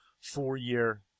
four-year